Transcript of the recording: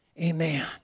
Amen